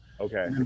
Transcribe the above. Okay